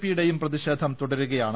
പിയുടെയും പ്രതിഷേധം തുടരുന്നു